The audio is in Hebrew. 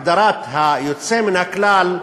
כלומר, הגדרת היוצא מן הכלל,